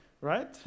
Right